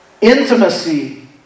intimacy